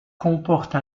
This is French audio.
comporte